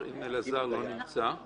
אני לא רוצה לחזור על דברים של אחרים.